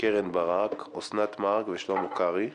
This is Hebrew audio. קרן ברק, אוסנת מארק ושלמה קרעי,